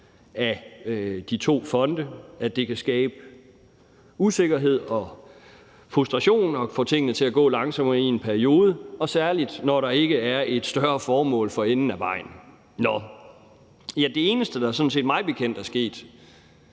af de to fonde; at det kan skabe usikkerhed og frustration og få tingene til at gå langsommere i en periode – særlig når der ikke er et større formål for enden af vejen. Det eneste, der mig bekendt er sket,